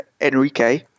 Enrique